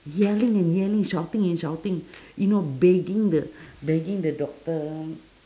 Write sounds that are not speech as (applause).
yelling and yelling shouting and shouting (breath) you know begging the begging the doctor